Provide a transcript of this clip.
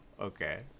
okay